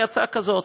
היא הצעה כזאת: